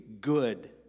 good